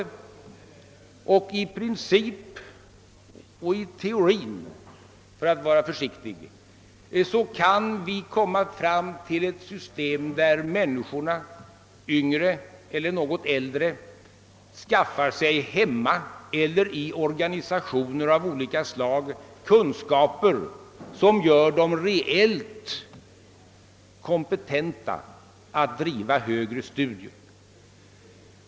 Vi kan — i varje fall i princip och i teorin kan jag säga för att vara försiktig — komma fram till ett system där människorna, yngre eller något äldre, hemma eller i organisationer av olika slag skaffar sig kunskaper som gör dem reellt kompetenta att bedriva högre studier.